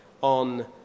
on